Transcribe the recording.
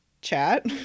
chat